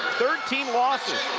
thirteen losses,